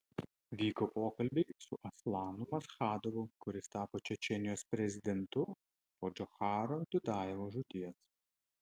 vyko pokalbiai su aslanu maschadovu kuris tapo čečėnijos prezidentu po džocharo dudajevo žūties